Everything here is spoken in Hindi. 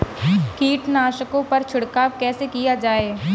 कीटनाशकों पर छिड़काव कैसे किया जाए?